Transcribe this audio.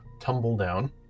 Tumbledown